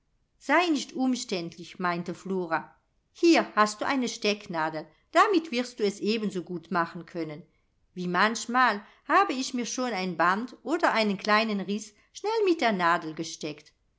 sei nicht umständlich meinte flora hier hast du eine stecknadel damit wirst du es ebenso gut machen können wie manchmal habe ich mir schon ein band oder einen kleinen riß schnell mit der nadel gesteckt